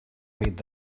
rid